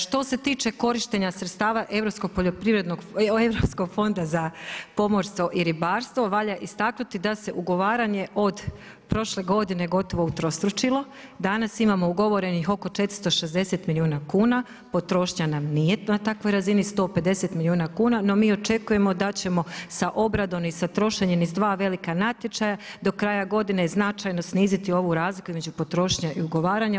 Što se tiče korištenja sredstava Europskog fonda za pomorstvo i ribarstvo, valja istaknuti da se ugovaranje od prošle godine gotovo utrostručilo, danas imamo ugovorenih oko 460 milijuna kuna, potrošnja nam nije na takvoj razini, 150 milijuna kuna, no mi očekujemo da ćemo sa obradom i sa trošenjem iz dva velika natječaja do kraja godine značajno sniziti ovu razliku između potrošnje i ugovaranja.